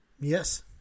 Yes